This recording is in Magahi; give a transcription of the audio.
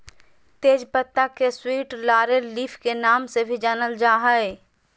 तेज पत्ता के स्वीट लॉरेल लीफ के नाम से भी जानल जा हइ